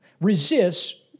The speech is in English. resists